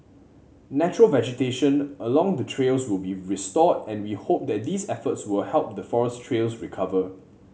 natural vegetation along the trails will be restored and we hope that these efforts will help the forest trails recover